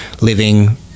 living